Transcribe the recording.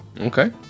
Okay